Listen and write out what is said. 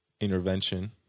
intervention